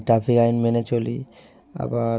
traffic আইন মেনে চলি আবার